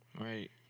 Right